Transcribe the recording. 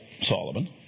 Solomon